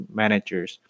managers